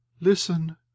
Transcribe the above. listen